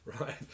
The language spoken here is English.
Right